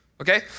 okay